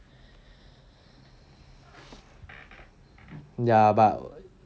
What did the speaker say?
ya but